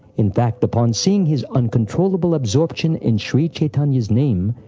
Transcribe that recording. in fact, upon seeing his uncontrollable absorption in shri chaitanya's name,